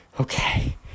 okay